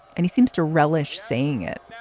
and he seems to relish saying it